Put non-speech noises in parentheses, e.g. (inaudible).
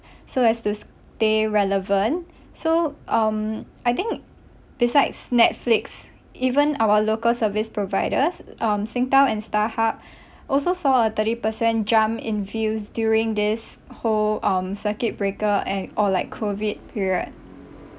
(breath) so as to stay relevant so um I think besides Netflix even our local service providers um Singtel and StarHub (breath) also saw a thirty per cent jump in views during this whole um circuit breaker and or like COVID period